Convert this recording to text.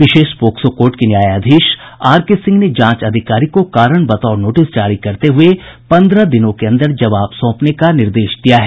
विशेष POCSO court के न्यायाधीश R K Singh ने जांच अधिकारी को कारण बताओ नोटिस जारी करते हुए पन्द्रह दिनों के अंदर जवाब सौंपने का निर्देश दिया है